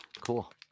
Cool